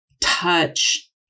touch